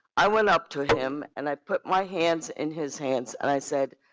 i went up to him and i put my hands in his hands and i said,